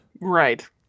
right